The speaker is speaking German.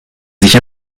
sich